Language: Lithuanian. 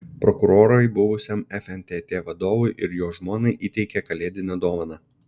prokurorai buvusiam fntt vadovui ir jo žmonai įteikė kalėdinę dovaną